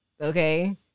Okay